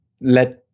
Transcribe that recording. let